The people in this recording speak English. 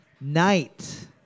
Night